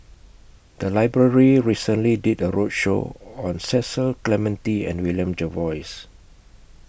The Library recently did A roadshow on Cecil Clementi and William Jervois